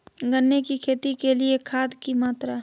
गन्ने की खेती के लिए खाद की मात्रा?